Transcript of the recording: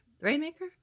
Rainmaker